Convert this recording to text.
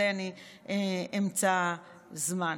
לזה אני אמצא זמן.